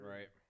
Right